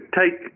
take